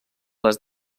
les